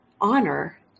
honor